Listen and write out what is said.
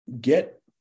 get